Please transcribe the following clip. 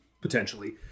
potentially